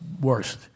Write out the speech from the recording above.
worst